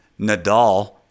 Nadal